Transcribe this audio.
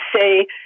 say